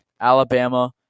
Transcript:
Alabama